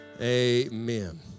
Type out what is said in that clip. amen